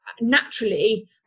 naturally